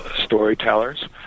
storytellers